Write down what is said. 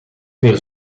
weer